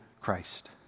Christ